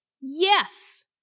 Yes